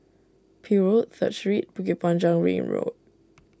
Peel Road Third Street Bukit Panjang Ring Road